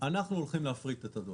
אנחנו הולכים להפריט את הדואר.